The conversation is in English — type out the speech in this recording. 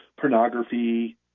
pornography